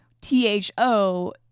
t-h-o